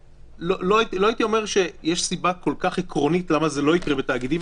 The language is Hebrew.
לא הייתי אומר שיש סיבה כל כך עקרונית למה זה לא יקרה בתאגידים,